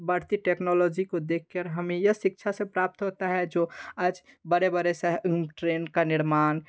बढ़ती टेक्नोलॉजी को देख कर हमें यह शिक्षा से प्राप्त होता है जो आज बड़े बड़े स ट्रेन का निर्माण